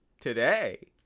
Today